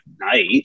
night